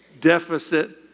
deficit